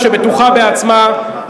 מנהיגות אמיצה שבטוחה בעצמה,